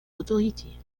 autorités